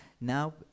Now